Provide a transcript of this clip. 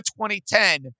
2010